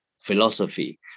philosophy